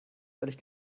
ehrlich